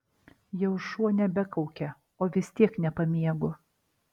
jau šuo nebekaukia o vis tiek nepamiegu